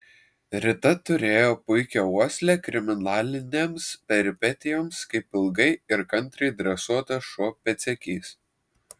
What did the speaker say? rita turėjo puikią uoslę kriminalinėms peripetijoms kaip ilgai ir kantriai dresuotas šuo pėdsekys